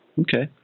Okay